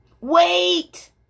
Wait